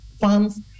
funds